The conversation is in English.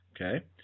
Okay